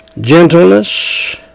Gentleness